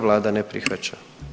Vlada ne prihvaća.